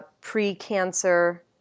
pre-cancer